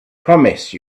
promise